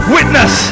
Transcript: Witness